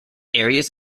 areas